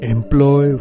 Employ